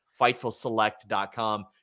Fightfulselect.com